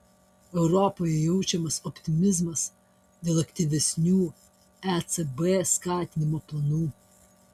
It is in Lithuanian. europoje jaučiamas optimizmas dėl aktyvesnių ecb skatinimo planų